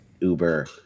uber